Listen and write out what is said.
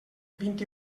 vint